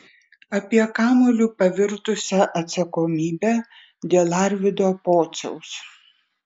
apie kamuoliu pavirtusią atsakomybę dėl arvydo pociaus